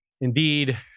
Indeed